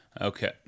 Okay